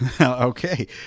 Okay